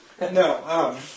No